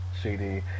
CD